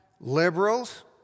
liberals